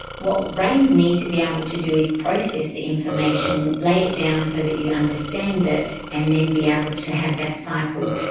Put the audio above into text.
what brains need to be able to do is process the information, lay it down so that you understand it and then be able to have that cycle,